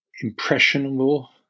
impressionable